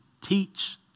teach